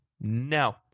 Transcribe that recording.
no